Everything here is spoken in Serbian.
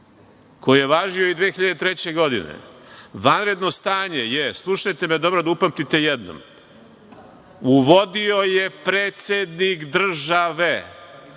koji je važio i 2003. godine, vanredno stanje je, slušajte me dobro, da upamtite jednom, uvodio pred-sed-nik dr-ža-ve,